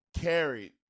carried